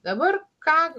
dabar ką